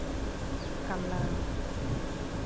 colour